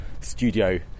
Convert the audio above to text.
studio